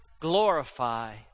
glorify